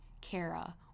Kara